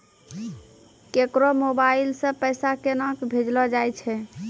केकरो मोबाइल सऽ पैसा केनक भेजलो जाय छै?